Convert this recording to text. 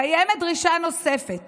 קיימת דרישה נוספת